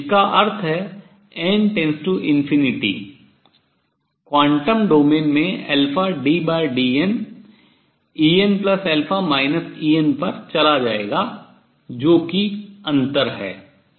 इसका अर्थ है n→ ∞ क्वांटम डोमेन में ddn En En पर चला जाएगा जो कि अंतर है